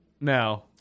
Now